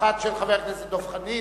האחת של חבר הכנסת דב חנין,